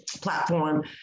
platform